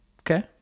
Okay